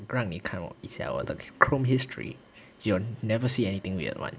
让你看一下我的 chrome history you'll never see anything weird [one]